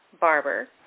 barber